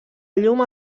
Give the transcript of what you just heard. llum